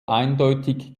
eindeutig